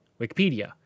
Wikipedia